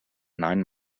nine